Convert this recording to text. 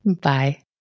Bye